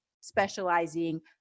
specializing